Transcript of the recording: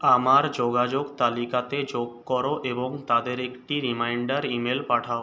আমার যোগাযোগ তালিকাতে যোগ করো এবং তাদের একটি রিমাইণ্ডার ইমেল পাঠাও